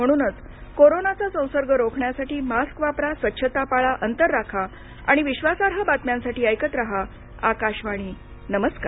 म्हणूनच कोरोनाचा संसर्ग रोखण्यासाठी मास्क वापरा स्वच्छता पाळा अंतर राखा आणि विश्वासार्ह बातम्यांसाठी ऐकत रहा आकाशवाणी नमस्कार